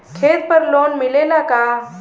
खेत पर लोन मिलेला का?